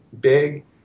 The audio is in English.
big